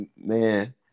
Man